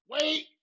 wait